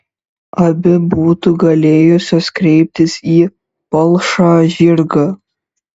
abi būtų galėjusios kreiptis į palšą žirgą